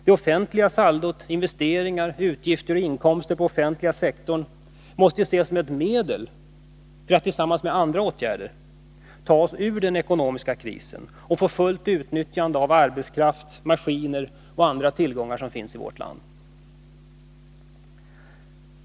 Det offentliga saldot — investeringar, utgifter och inkomster på den offentliga sektorn — måste, tillsammans med andra åtgärder, ses som ett medel för att vi skall ta oss ur den ekonomiska krisen och nå ett fullt utnyttjande av arbetskraft, maskiner och andra tillgångar som finns i vårt land.